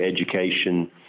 education